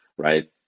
right